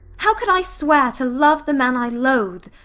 how could i swear to love the man i loathe,